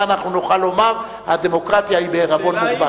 אנחנו נוכל לומר שהדמוקרטיה היא בעירבון מוגבל.